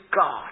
God